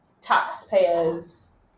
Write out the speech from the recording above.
taxpayer's